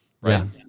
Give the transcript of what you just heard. right